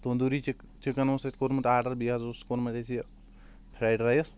tandoori chicken اوس اتہِ کوٚرمُت آرڈر بییٚہِ حظ اوس کوٚرمُت اسہِ یہِ فرایڈ رایس